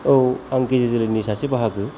औ आं गेजेर जोलैनि सासे बाहागो